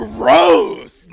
Gross